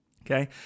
Okay